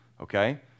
okay